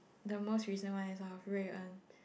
the most recent one is of Rui-En